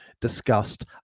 discussed